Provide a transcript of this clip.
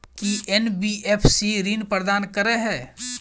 की NBFC ऋण प्रदान करे है?